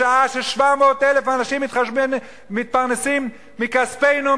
בשעה ש-700,000 אנשים מתפרנסים מכספינו,